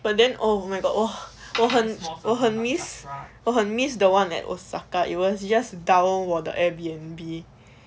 but then oh my god oh !wah! 我很我很 miss 我很 miss the one at osaka it was just down 我的 the airbnb